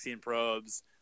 probes